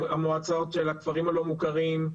למועצות של הכפרים הלא מוכרים.